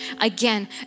again